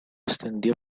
extendió